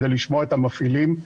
כדי לשמוע את המפעילים.